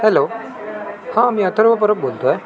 hello हां मी अथर्व परब बोलतो आहे